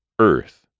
Earth